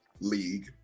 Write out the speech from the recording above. league